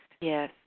Yes